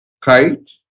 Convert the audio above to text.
kite